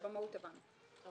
את המהות הבנו.